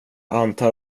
antar